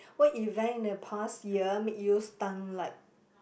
what event in the past year make you stunned like